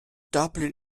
dublin